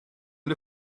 and